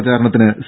പ്രചാരണത്തിന് സി